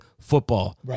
football